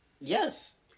Yes